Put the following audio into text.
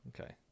okay